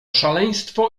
szaleństwo